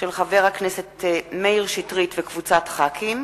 מאת חבר הכנסת מאיר שטרית וקבוצת חברי הכנסת,